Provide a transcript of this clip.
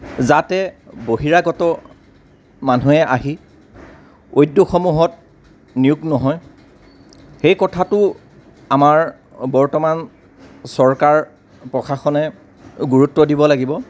যাতে বহিৰাগত মানুহে আহি উদ্যোগসমূহত নিয়োগ নহয় সেই কথাটো আমাৰ বৰ্তমান চৰকাৰ প্ৰশাসনে গুৰুত্ব দিব লাগিব